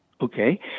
Okay